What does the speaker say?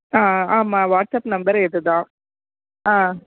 ஆ ஆமாம் WhatsApp number இதுதான் ஆ